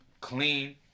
clean